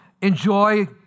enjoy